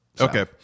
Okay